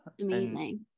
amazing